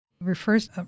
refers